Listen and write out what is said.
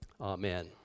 Amen